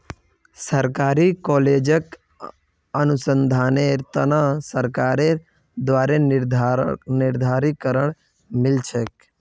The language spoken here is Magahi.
सरकारी कॉलेजक अनुसंधानेर त न सरकारेर द्बारे निधीकरण मिल छेक